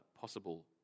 possible